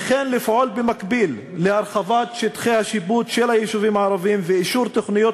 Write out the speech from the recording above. וכן לפעול במקביל להרחבת שטחי השיפוט של היישובים הערביים ואישור תוכניות